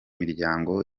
miryango